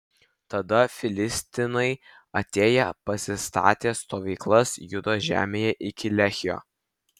tada filistinai atėję pasistatė stovyklas judo žemėje iki lehio